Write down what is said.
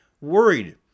worried